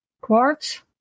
quartz